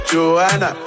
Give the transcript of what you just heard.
Joanna